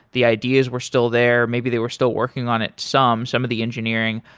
the ideas were still there. maybe they were still working on it some, some of the engineering,